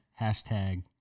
hashtag